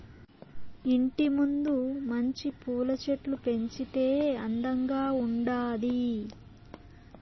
ఇంటి ముందు మంచి పూల చెట్లు పెంచితే అందంగా ఉండాది